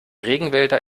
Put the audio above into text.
regenwälder